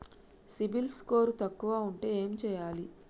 CIBIL score తక్కువ ఉంటే ఏం చేయాలి?